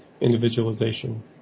individualization